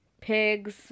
pigs